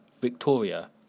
Victoria